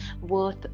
worth